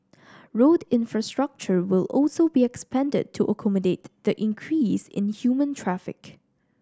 road infrastructure will also be expanded to accommodate the increase in human traffic